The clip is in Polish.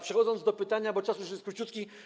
Przechodzę do pytania, bo czas już jest króciutki.